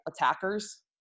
attackers